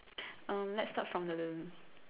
um let's start from the